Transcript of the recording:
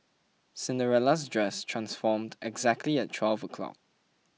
Cinderella's dress transformed exactly at twelve o' clock